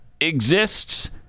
exists